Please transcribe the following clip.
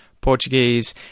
Portuguese